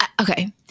Okay